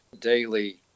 daily